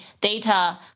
data